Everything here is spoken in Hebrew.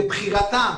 לבחירתם,